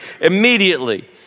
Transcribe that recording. Immediately